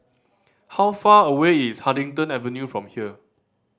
how far away is Huddington Avenue from here